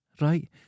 Right